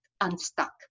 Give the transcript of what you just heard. unstuck